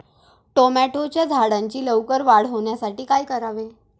टोमॅटोच्या झाडांची लवकर वाढ होण्यासाठी काय करावे?